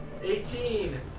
Eighteen